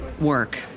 work